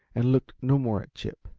and looked no more at chip.